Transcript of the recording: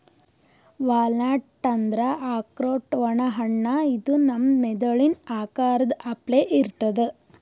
walnut ಅಂದ್ರ ಆಕ್ರೋಟ್ ಒಣ ಹಣ್ಣ ಇದು ನಮ್ ಮೆದಳಿನ್ ಆಕಾರದ್ ಅಪ್ಲೆ ಇರ್ತದ್